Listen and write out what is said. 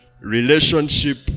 relationship